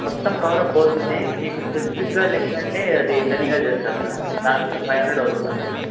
మొత్తం కవరప్ అవుతుంది మీకు స్పెసిఫిగ్గా లెగ్ అంటే అది తనీగా చేస్తారు సార్ దానికి ఒక ఫైవ్ హండ్రెడ్ అవుతుంది అంతే సార్